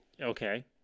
Okay